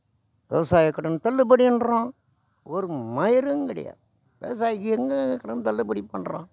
விவசாய கடன் தள்ளுபடின்றான் ஒரு மயிரும் கிடையாது விவசாயிக்கு என்ன கடன் தள்ளுபடி பண்ணுறான்